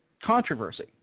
controversy